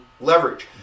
leverage